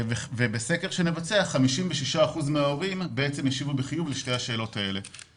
ובסקר שנבצע 56% מההורים ישיבו בחיוב לשתי השאלות האלה.